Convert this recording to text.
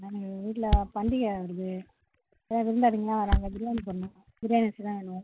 எங்கள் வீட்டில் பண்டிகை வருது நிறைய விருந்தாளிங்கள்லாம் வர்றாங்க பிரியாணி போடணும் பிரியாணி அரிசி தான் வேணும்